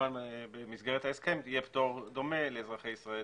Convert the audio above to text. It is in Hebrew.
כמובן במסגרת ההסכם יהיה פטור דומה לאזרחי ישראל